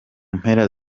mpera